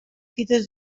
fites